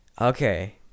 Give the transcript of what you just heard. Okay